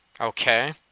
Okay